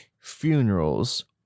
funerals